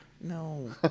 no